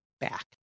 back